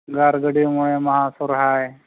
ᱜᱟᱨ ᱜᱟᱹᱰᱤ ᱢᱚᱬᱮ ᱢᱟᱦᱟ ᱥᱚᱦᱚᱨᱟᱭ